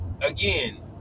again